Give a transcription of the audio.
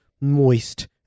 moist